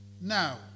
Now